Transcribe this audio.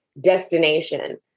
destination